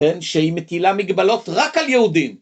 שהיא מטילה מגבלות רק על יהודים.